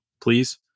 please